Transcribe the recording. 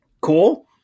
cool